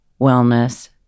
wellness